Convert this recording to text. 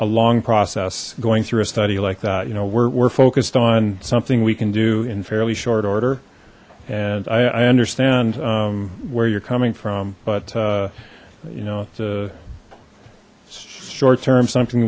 long process going through a study like that you know we're focused on something we can do in fairly short order and i understand where you're coming from but you know the short term something